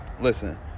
Listen